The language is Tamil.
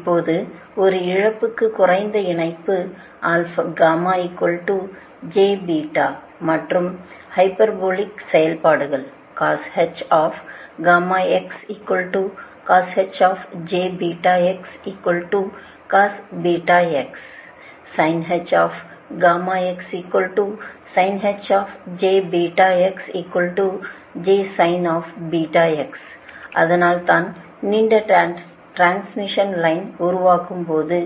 இப்போது ஒரு இழப்புக்கு குறைந்த இணைப்பு மற்றும் ஹைபர்போலிக் செயல்பாடுகள் அதனால் நீண்ட டிரான்ஸ்மிஷன் லைன் உருவாக்கும் போது